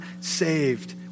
saved